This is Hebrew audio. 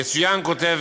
יצוין, כותב